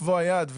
לקבוע יעד.